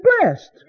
blessed